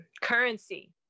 currency